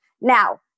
Now